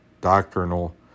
doctrinal